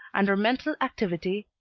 and her mental activity,